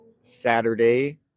Saturday